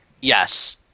Yes